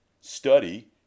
Study